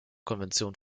konvention